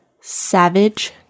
Savage